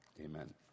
Amen